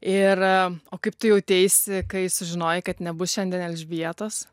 ir o kaip tu jauteisi kai sužinojai kad nebus šiandien elžbietos